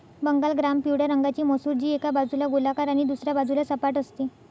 Bengal gram पिवळ्या रंगाची मसूर, जी एका बाजूला गोलाकार आणि दुसऱ्या बाजूला सपाट असते